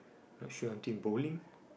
not sure I think bowling